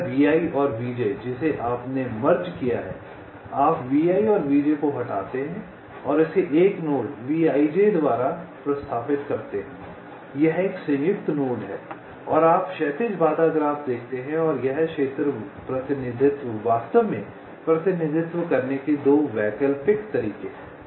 यह Vi और Vj जिसे आपने मर्ज किया है आप Vi और Vj को हटाते हैं और इसे 1 नोड Vij द्वारा प्रतिस्थापित करते हैं यह एक संयुक्त नोड है और आप क्षैतिज बाधा ग्राफ देखते हैं और यह क्षेत्र प्रतिनिधित्व वास्तव में प्रतिनिधित्व करने के 2 वैकल्पिक तरीके हैं